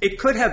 it could have